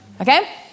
Okay